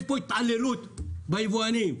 יש פה התעללות ביבואנים.